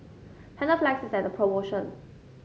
Panaflex is at promotion